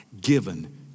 given